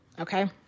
Okay